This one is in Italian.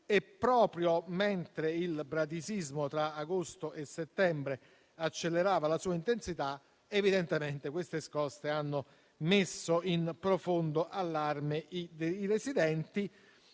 e proprio mentre il bradisismo tra agosto e settembre accelerava la sua intensità, evidentemente queste scosse hanno messo in profondo allarme i residenti.